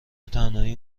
تنهایی